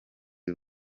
y’u